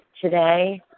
today